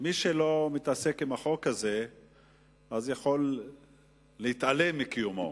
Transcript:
מי שלא מתעסק עם החוק הזה יכול להתעלם מקיומו,